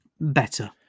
better